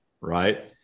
right